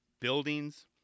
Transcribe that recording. buildings